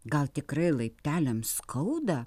gal tikrai laipteliam skauda